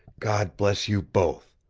god bless you both!